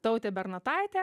tautė bernotaitė